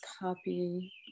copy